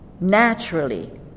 naturally